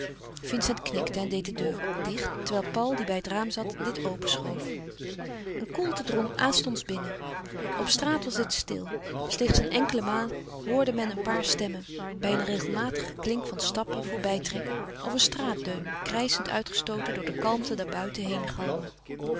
vincent knikte en deed de deur dicht terwijl paul die bij het raam zat dit openschoof een koelte drong aanstonds binnen op straat was het stil slechts een enkele maal hoorde men een paar stemmen bij een regelmatig geklink van stappen voorbijtrekken of een straatdeun krijschend uitgestooten door de kalmte daarbuiten